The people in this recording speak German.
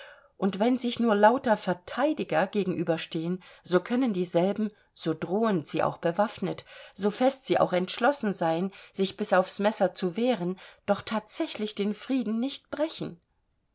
und wenn sich nur lauter verteidiger gegenüberstehen so können dieselben so drohend sie auch bewaffnet so fest sie auch entschlossen seien sich bis aufs messer zu wehren doch thatsächlich den frieden nicht brechen